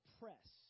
press